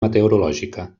meteorològica